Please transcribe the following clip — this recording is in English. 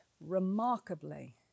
remarkably